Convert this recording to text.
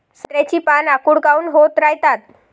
संत्र्याची पान आखूड काऊन होत रायतात?